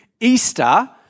Easter